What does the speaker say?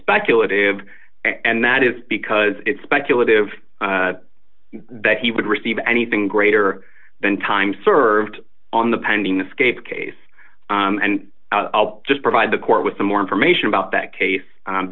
speculative and that is because it's speculative that he would receive anything greater than time served on the pending escape case and just provide the court with some more information about that case